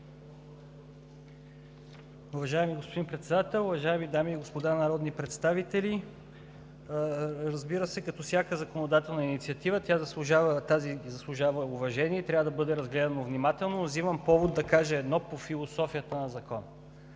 Уважаеми господин Председател, уважаеми дами и господа народни представители! Разбира се, като всяка законодателна инициатива, тази заслужава уважение и трябва да бъде разгледана внимателно. Взимам повод да кажа едно по философията на Закона.